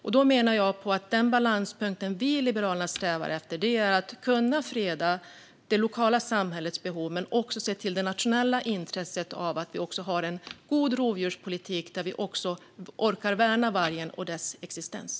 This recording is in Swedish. Jag menar att den balanspunkt vi i Liberalerna strävar efter är att kunna freda det lokala samhällets behov men också se till det nationella intresset av att vi har en god rovdjurspolitik där vi orkar värna vargen och dess existens.